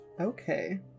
Okay